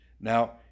Now